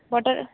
butter